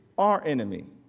our enemy.